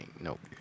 nope